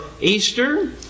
Easter